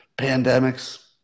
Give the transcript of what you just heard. pandemics